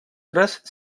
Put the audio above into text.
tres